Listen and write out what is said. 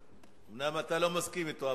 אומנם אתה לא מסכים אתו,